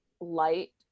light